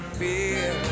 fear